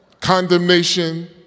condemnation